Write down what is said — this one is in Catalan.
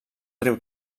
riu